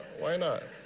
why not?